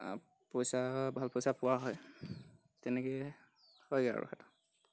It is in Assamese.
পইচা ভাল পইচা পোৱা হয় তেনেকৈ হয়গৈ আৰু সেইটো